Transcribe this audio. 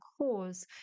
cause